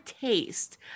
taste